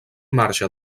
marxa